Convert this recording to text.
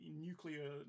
nuclear